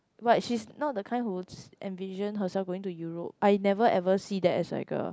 but she's not the kind who would s~ envision herself going to Europe I never ever see that as like a